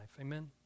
Amen